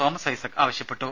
Thomas Isaac ആവശ്യപ്പെട്ടു